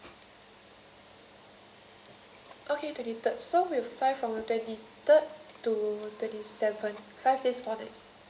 okay twenty third so we'll fly from twenty third to twenty seventh five days four nights